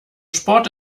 sport